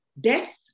Death